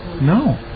No